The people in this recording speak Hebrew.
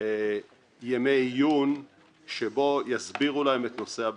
ימי עיון שבהם יסבירו להם את נושא הבטיחות.